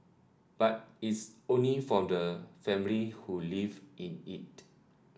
but it's only for the families who live in it